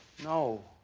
no.